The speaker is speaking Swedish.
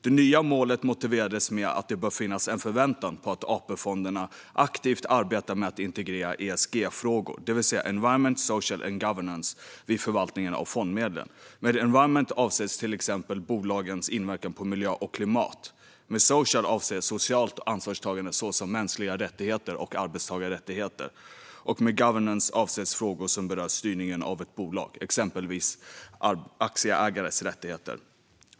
Det nya målet motiverades med att det bör finnas en förväntan på att AP-fonderna aktivt arbetar med att integrera ESG-frågor, det vill säga environment, social och governance, vid förvaltningen av fondmedlen. Med "environment" avses till exempel bolagens inverkan på miljö och klimat, med "social" avses socialt ansvarstagande, såsom mänskliga rättigheter och arbetstagarrättigheter, och med "governance" avses frågor som berör styrningen av ett bolag, exempelvis aktieägares rättigheter.